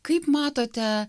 kaip matote